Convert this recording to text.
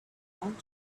want